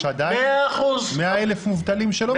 יש עדיין 100,000 מובטלים שלא מקבלים.